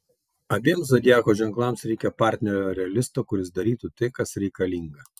abiem zodiako ženklams reikia partnerio realisto kuris darytų tai kas reikalinga